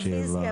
לחשמל.